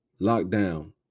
Lockdown